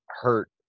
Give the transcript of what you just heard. hurt